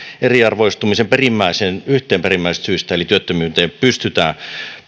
eriarvoistumisen perimmäiseen syyhyn tai yhteen perimmäisistä syistä eli työttömyyteen pystytään